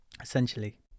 essentially